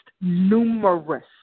numerous